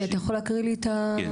אתה יכול להקריא לי את הרשימה?